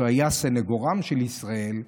שהיה סנגורם של ישראל,